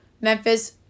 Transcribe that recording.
Memphis